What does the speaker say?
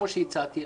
כמו שהצעתי,